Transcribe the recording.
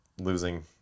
losing